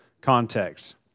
context